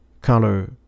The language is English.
color